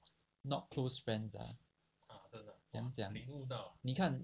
not close friends ah 怎样讲你看